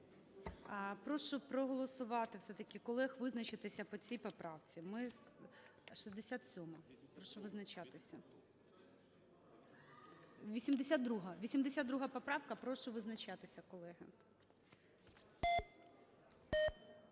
Прошу проголосувати, все-таки колег визначитися по цій поправці. 67-а. Прошу визначатися. 82-а, 82 поправка. Прошу визначатися, колеги.